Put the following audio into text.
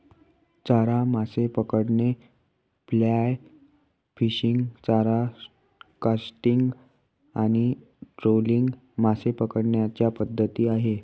चारा मासे पकडणे, फ्लाय फिशिंग, चारा कास्टिंग आणि ट्रोलिंग मासे पकडण्याच्या पद्धती आहेत